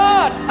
God